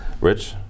Rich